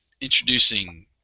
introducing